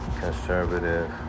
conservative